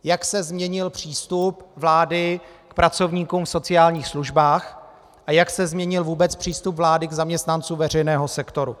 Jak se změnil přístup vlády k pracovníkům v sociálních službách a jak se změnil vůbec přístup vlády k zaměstnancům veřejného sektoru.